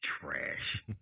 trash